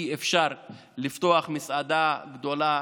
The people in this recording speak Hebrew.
אי-אפשר לפתוח מסעדה גדולה,